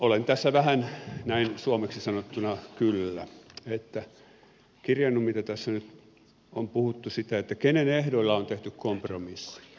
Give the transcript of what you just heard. olen tässä vähän näin suomeksi sanottuna kyllä kirjannut mitä tässä nyt on puhuttu siitä kenen ehdoilla on tehty kompromissi